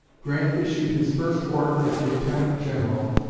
grant issued his first order as lieutenant-general,